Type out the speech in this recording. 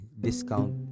discount